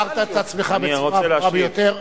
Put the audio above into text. הבהרת את עצמך בצורה הברורה ביותר.